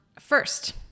first